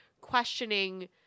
questioning